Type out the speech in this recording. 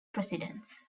presidents